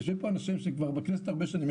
יושבים פה כאן בכנסת אנשים שהם כבר כאן הרבה שנים.